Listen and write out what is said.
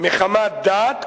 מחמת דת,